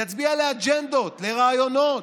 יצביע לאג'נדות, לרעיונות,